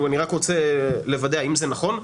אני רוצה לוודא האם זה נכון,